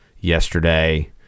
yesterday